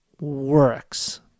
works